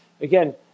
again